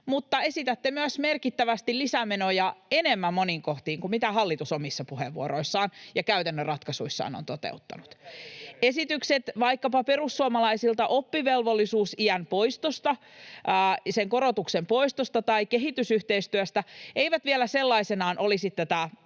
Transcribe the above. mutta esitätte myös merkittävästi lisämenoja, enemmän moniin kohtiin kuin mitä hallitus omissa puheenvuoroissaan ja käytännön ratkaisuissaan on toteuttanut. [Ville Tavion välihuuto] Esitykset vaikkapa perussuomalaisilta oppivelvollisuusiän korotuksen poistosta tai kehitysyhteistyöstä eivät vielä sellaisenaan olisi